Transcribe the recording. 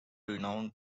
renowned